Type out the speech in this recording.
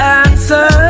answer